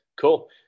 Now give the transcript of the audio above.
Cool